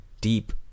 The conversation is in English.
deep